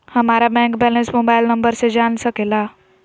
हमारा bank balance mobile number से जान सके ला?